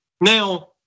Now